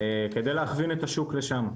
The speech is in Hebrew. כדי להכווין את השוק לשם.